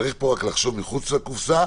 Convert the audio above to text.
צריך כאן רק לחשוב מחוץ לקופסה.